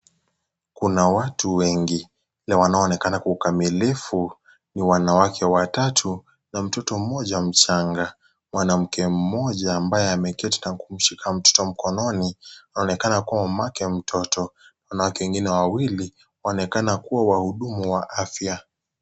Kuna watu wengi na wanaoonekana kwa ukamilifu ni wanawake watatu na mtoto mmoja mchanga. Mwanamke mmoja ambaye ameketi na kumshika mtoto mkononi anaonekana kuwa mamake mtoto. Wanawake wengine wawili wanaonekana kuwa wahudumu wa afya.